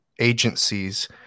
agencies